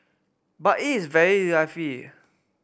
but it is very